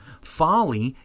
folly